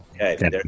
Okay